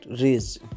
raise